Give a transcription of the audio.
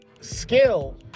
skill